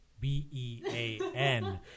b-e-a-n